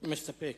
מסתפק.